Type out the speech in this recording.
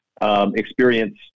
experience